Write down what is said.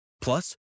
Plus